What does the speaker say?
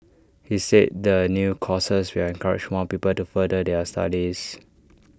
he said the new courses will encourage more people to further their studies